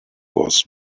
was